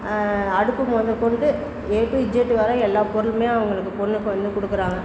அடுப்பு முதக்கொண்டு A to Z வரை எல்லா பொருளுமே அவங்களுக்கு பொண்ணுக்கு வந்து கொடுக்கறாங்க